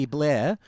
Blair